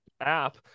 app